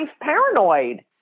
paranoid